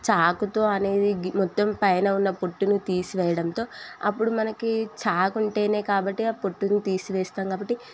చాకుతో అనేది మొత్తం పైన పొట్టును తీసివేయడంతో అప్పుడు మనకి చాకు ఉంటేనే కాబట్టి పొట్టును తీసివేస్తాం కాబట్టి